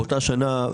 באותה שנה,